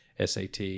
SAT